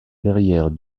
verrière